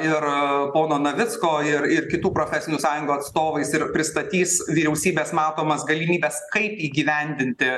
ir pono navicko ir ir kitų profesinių sąjungų atstovais ir pristatys vyriausybės matomas galimybes kaip įgyvendinti